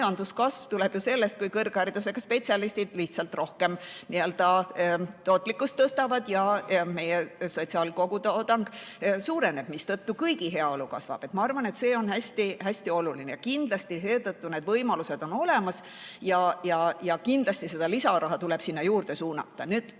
Majanduskasv tuleb ju sellest, kui kõrgharidusega spetsialistid lihtsalt rohkem tootlikkust tõstavad ja meie kogutoodang suureneb, mistõttu kõigi heaolu kasvab. Ma arvan, et see on hästi oluline. Kindlasti on need võimalused olemas ja kindlasti seda lisaraha tuleb sinna juurde suunata. On